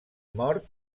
mort